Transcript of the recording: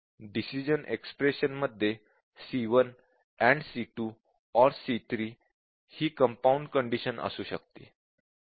decision expression मध्ये c1 AND c2 OR c3 हि compound condition असू शकते